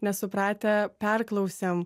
nesupratę perklausiam